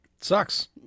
sucks